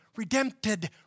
redempted